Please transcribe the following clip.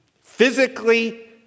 physically